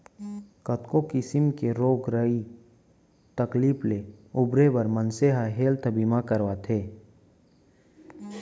कतको किसिम के रोग राई तकलीफ ले उबरे बर मनसे ह हेल्थ बीमा करवाथे